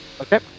Okay